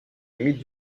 limites